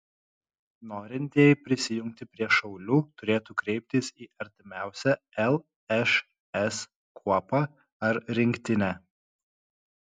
norintieji prisijungti prie šaulių turėtų kreiptis į artimiausią lšs kuopą ar rinktinę